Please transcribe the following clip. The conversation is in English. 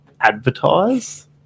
advertise